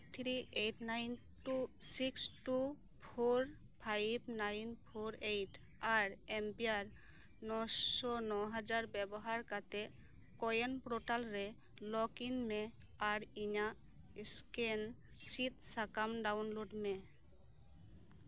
phone number eight three eight nine two six two four five nine four eight ᱟᱨ ᱮᱢ ᱯᱤ ᱟᱨ ᱱᱚ ᱥᱚ ᱱᱚ ᱦᱟᱡᱟᱨ ᱵᱮᱵᱚᱦᱟᱨ ᱠᱟᱛᱮᱫ ᱠᱚᱭᱮᱱ ᱯᱨᱳᱴᱟᱞ ᱨᱮ ᱞᱚᱜᱽ ᱤᱱ ᱢᱮ ᱟᱨ ᱤᱧᱟᱹᱜ ᱥᱠᱮᱱ ᱥᱤᱫ ᱥᱟᱠᱟᱢ ᱰᱟᱣᱩᱱᱞᱳᱰ ᱢᱮ